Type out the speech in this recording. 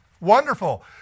Wonderful